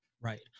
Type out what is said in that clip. right